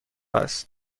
است